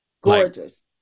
gorgeous